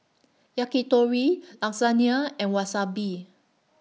Yakitori Lasagna and Wasabi